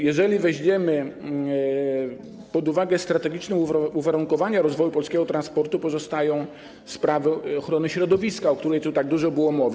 Jeżeli weźmiemy pod uwagę strategiczne uwarunkowania rozwoju polskiego transportu, pozostają sprawy ochrony środowiska, o której tu tak dużo było mowy.